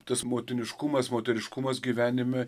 tas motiniškumas moteriškumas gyvenime